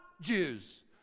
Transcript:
Jews